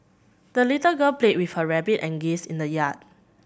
the little girl played with her rabbit and geese in the yard